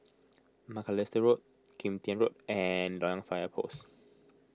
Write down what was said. Macalister Road Kim Tian Road and Loyang Fire Post